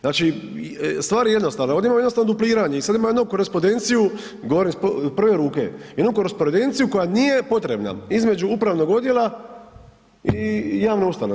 Znači, stvar je jednostavna, ovdje imamo jednostavno dupliranje i sad imamo jednu korespondenciju, govorim iz prve ruke, jednu korespondenciju koja nije potrebna između upravnog odjela i javne ustanove.